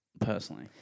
personally